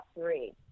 three